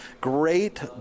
great